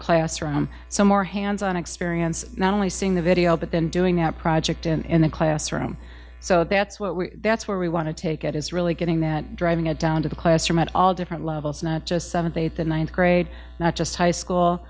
classroom some more hands on experience not only seeing the video but then doing that project in the classroom so that's what that's where we want to take it is really getting that driving a down to the classroom at all different levels not just seventh eighth or ninth grade not just high school